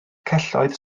celloedd